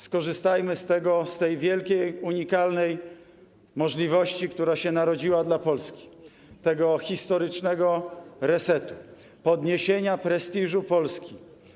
Skorzystajmy z tej wielkiej, unikalnej możliwości, która się narodziła dla Polski - z tego historycznego resetu, podniesienia prestiżu Polski.